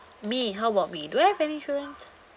me how about me do I have any insurance